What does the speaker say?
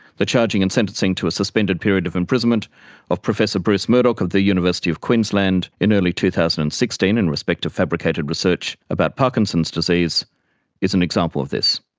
the charging and sentencing to a suspended period of imprisonment of professor bruce murdoch of the university of queensland in early two thousand and sixteen in respect to fabricated research about parkinson's disease is an example of this.